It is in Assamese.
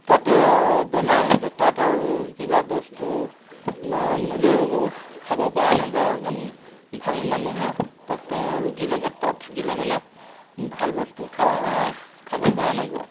তাতে বেমাৰ হৈ যায় তাত আৰু কিবা বস্তু নিলেও খাব পৰা নাযায় এজন ভাল মানুহে তাত ৰোগীৰ লগত তাত থাকিলে মানে ভাল বস্তু খা খাব পৰা নাযায়